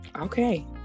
Okay